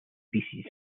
species